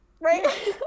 Right